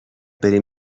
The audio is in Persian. بریم